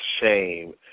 shame